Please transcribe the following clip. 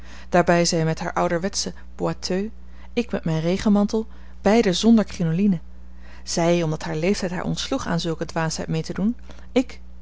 daarbij zij met haar ouderwetschen boiteux ik met mijn regenmantel beiden zonder crinoline zij omdat haar leeftijd haar ontsloeg aan zulke dwaasheid mee te doen ik